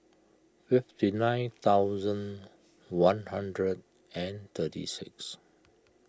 fifty nine thousand one hundred and thirty six